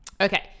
okay